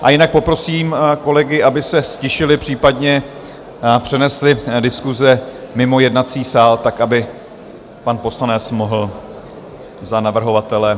A jinak poprosím kolegy, aby se ztišili, případně přenesli diskuse mimo jednací sál, tak aby pan poslanec mohl za navrhovatele...